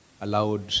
allowed